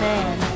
Man